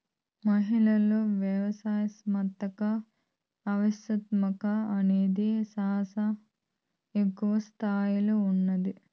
మహిళలలో వ్యవస్థాపకత ఆవశ్యకత అనేది శానా ఎక్కువ స్తాయిలో ఉన్నాది